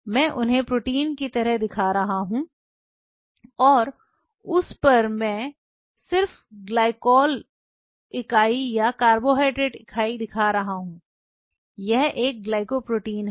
मैं उन्हें प्रोटीन की तरह दिखा रहा हूं और उस पर मैं सिर्फ ग्लाइकोल इकाई या कार्बोहाइड्रेट इकाई दिखा रहा हूं यह एक ग्लाइकोप्रोटीन है